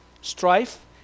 strife